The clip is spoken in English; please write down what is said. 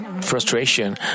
frustration